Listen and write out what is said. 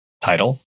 title